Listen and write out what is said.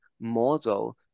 model